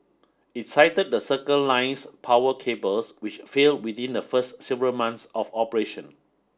it cited the Circle Line's power cables which failed within the first several months of operation